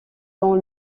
dans